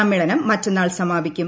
സമ്മേളനം മറ്റെന്നാൾ സമാപിക്കും